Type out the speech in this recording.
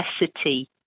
necessity